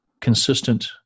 consistent